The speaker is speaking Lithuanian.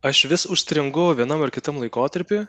aš vis užstringu vienam ar kitam laikotarpy